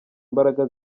imbaraga